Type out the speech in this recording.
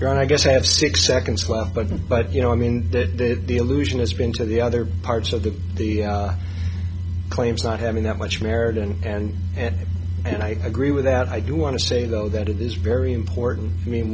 and i guess i have six seconds well but but you know i mean that the illusion has been to the other parts of the the claims not having that much merit and and it and i agree with that i do want to say though that it is very important i mean